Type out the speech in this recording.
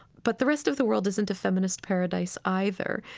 but the rest of the world isn't a feminist paradise either,